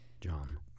John